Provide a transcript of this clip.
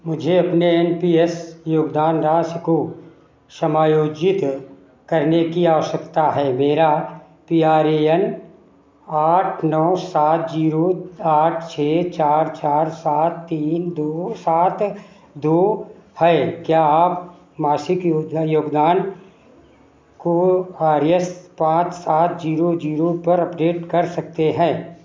मुझे अपने N P S योगदान राशि को समायोजित करने की आवश्यकता है मेरा पी आर ए एन आठ नौ सात ज़ीरो आठ छह चार चार सात तीन दो सात दो है क्या आप मासिक योगदान को आर एस पाँच सात ज़ीरो ज़ीरो पर अपडेट कर सकते हैं